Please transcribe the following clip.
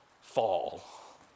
fall